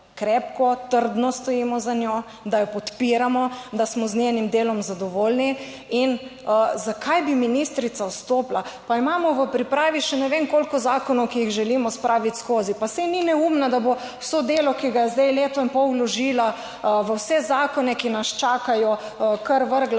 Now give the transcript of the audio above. krepko, trdno stojimo za njo, da jo podpiramo, da smo z njenim delom zadovoljni. In zakaj bi ministrica odstopila, pa imamo v pripravi še ne vem koliko zakonov, ki jih želimo spraviti skozi. Pa saj ni neumna, da bo vso delo, ki ga je zdaj leto in pol vložila v vse zakone, ki nas čakajo, kar vrgla